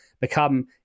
become